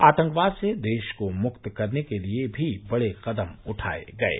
आतंकवाद से देश को मुक्त करने के लिये भी बड़े कदम उठाये गये